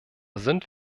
sind